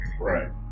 Right